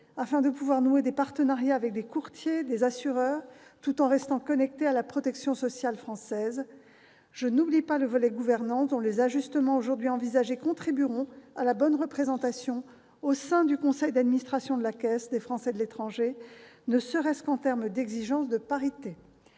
afin qu'elle puisse nouer des partenariats avec des courtiers et des assureurs tout en restant connectée à la protection sociale française. Je n'oublie pas le volet gouvernance, dont les ajustements aujourd'hui envisagés contribueront à la bonne représentation au sein du conseil d'administration de la Caisse des Français de l'étranger, ne serait-ce qu'en termes d'exigence de parité.